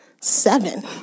seven